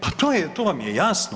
Pa to vam je jasno.